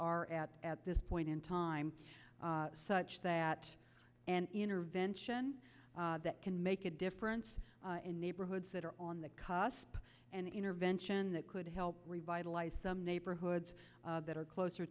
are at at this point in time such that an intervention that can make a difference in neighborhoods that are on the cusp and intervention that could help revitalize some neighborhoods that are closer